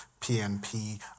PNP